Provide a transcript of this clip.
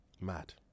Mad